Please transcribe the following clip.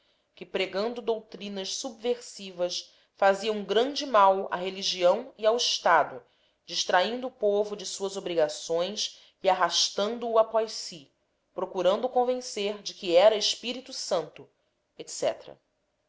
que pregando doutrinas subversivas fazia um grande mal à religião e ao estado distraindo o povo de suas obrigações e arrastandoo após si procurando convencer de que era espírito santo